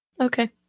Okay